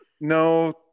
no